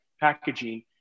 packaging